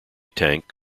tank